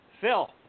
Phil